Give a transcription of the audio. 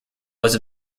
was